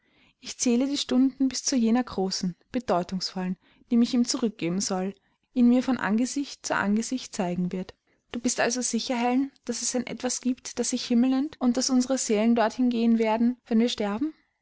ich zähle die stunden bis zu jener großen bedeutungsvollen die mich ihm zurückgeben soll ihn mir von angesicht zu angesicht zeigen wird du bist also sicher helen daß es ein etwas giebt das sich himmel nennt und daß unsere seelen dorthin gehen werden wenn wir sterben